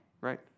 right